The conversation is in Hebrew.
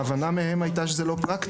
ההבנה מהם היתה שזה לא פרקטי.